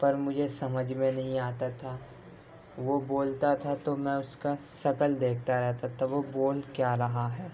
پر مجھے سمجھ میں نہیں آتا تھا وہ بولتا تھا تو میں اس کا شکل دیکھتا رہتا تھا وہ بول کیا رہا ہے